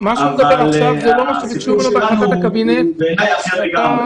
אבל הסיכום שלנו הוא בעיני אחר לגמרי.